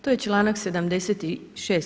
To je čl. 76.